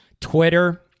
Twitter